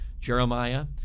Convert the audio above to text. Jeremiah